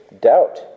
doubt